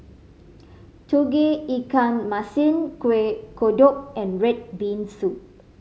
Tauge Ikan Masin Kueh Kodok and red bean soup